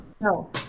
No